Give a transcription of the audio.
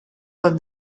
than